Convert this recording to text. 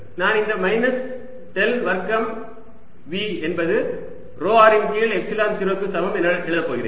நான் இந்த minus del வர்க்கம் V என்பது ρ r இன் கீழ் எப்சிலன் 0 க்கு சமம் என எழுதப் போகிறேன்